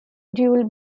duel